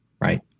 right